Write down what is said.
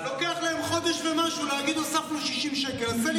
האם אתה מבקש להוסיף את שמך לרשימת הדוברים?